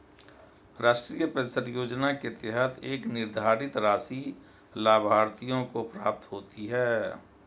राष्ट्रीय पेंशन योजना के तहत एक निर्धारित राशि लाभार्थियों को प्राप्त होती है